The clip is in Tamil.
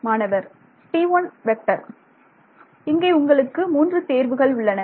மாணவர் இங்கே உங்களுக்கு மூன்று தேர்வுகள் உள்ளன